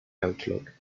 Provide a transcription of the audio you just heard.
outlook